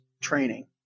training